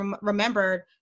remembered